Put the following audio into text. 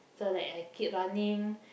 so like I kept running